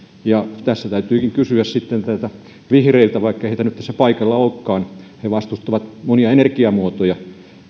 tässä täytyykin kysyä sitten vihreiltä vaikka heitä ei nyt tässä paikalla olekaan he vastustavat monia energiamuotoja